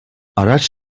araç